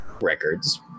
records